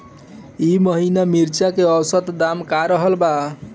एह महीना मिर्चा के औसत दाम का रहल बा?